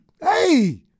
hey